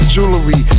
Jewelry